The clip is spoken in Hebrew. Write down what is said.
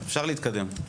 אפשר להתקדם.